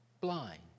Blind